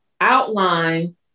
outline